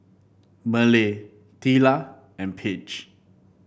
Merle Teela and Page